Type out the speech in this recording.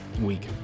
week